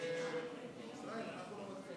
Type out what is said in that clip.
החוק הזה